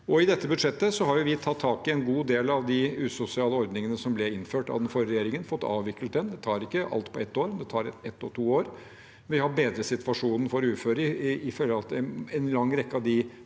I dette budsjettet har vi tatt tak i en god del av de usosiale ordningene som ble innført av den forrige regjeringen, og fått avviklet dem. Man tar ikke alt på ett år, det tar ett og to år. Vi har bedret situasjonen for uføre når det gjelder en lang rekke av de